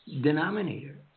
denominator